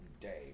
day